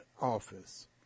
office